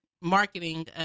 marketing